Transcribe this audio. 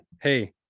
hey